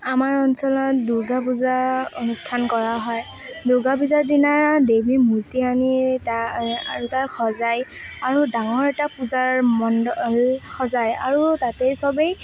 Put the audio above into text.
আমাৰ অঞ্চলত দুৰ্গা পূজা অনুষ্ঠান কৰা হয় দুৰ্গা পূজাৰ দিনা দেৱীৰ মূৰ্তি আনি তাক তাক সজায় আৰু ডাঙৰ এটা পূজাৰ মণ্ডল সজায় আৰু তাতে সবেই